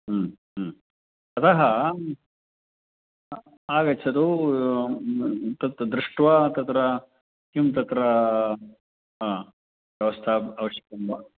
अतः आगच्छतु तत् दृष्ट्वा तत्र किं तत्र व्यवस्था आवश्यकं वा